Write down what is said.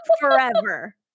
forever